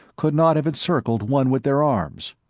could not have encircled one with their arms.